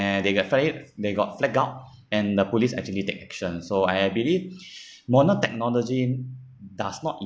and they got flag it they got flagged out and the police actually take action so I I believe modern technology does not